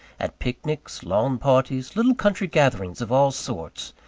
at picnics, lawn-parties, little country gatherings of all sorts,